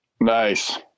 Nice